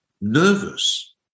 nervous